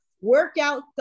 workout